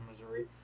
Missouri